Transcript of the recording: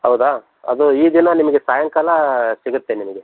ಹೌದಾ ಅದು ಈ ದಿನ ನಿಮಗೆ ಸಾಯಂಕಾಲ ಸಿಗುತ್ತೆ ನಿಮಗೆ